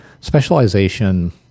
specialization –